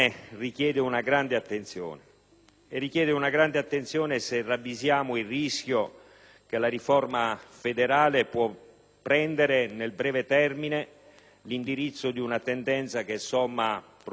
richiede una grande attenzione se ravvisiamo il rischio che la riforma federale possa prendere, nel breve termine, l'indirizzo di una tendenza che somma problemi nuovi a problemi vecchi